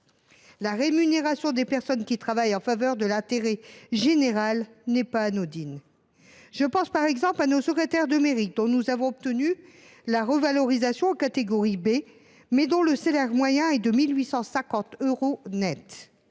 La rémunération des personnes qui travaillent en faveur de l’intérêt général n’est pas anodine. Je pense par exemple à nos secrétaires de mairie, dont nous avons obtenu la revalorisation en catégorie B, mais dont le salaire moyen est de 1 850 euros net.